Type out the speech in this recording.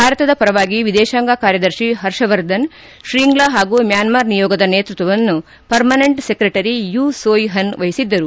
ಭಾರತದ ಪರವಾಗಿ ಎದೇಶಾಂಗ ಕಾರ್ಯದರ್ಶಿ ಪರ್ಷ್ ವರ್ಧನ್ ಶ್ರೀಂಗ್ಲಾ ಪಾಗೂ ಮ್ಯಾನ್ಮಾರ್ ನಿಯೋಗದ ನೇತೃತ್ವವನ್ನು ಪರ್ಮನೆಂಟ್ ಸೆಕ್ರೆಟರಿ ಯು ಸೋಯ್ ಪನ್ ವಹಿಸಿದ್ದರು